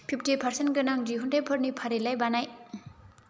fifty फारसेन गोनां दिहुन्थाइफोरनि फारिलाइ बानाय